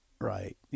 Right